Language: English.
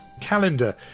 calendar